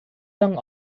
lang